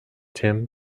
tim